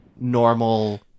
normal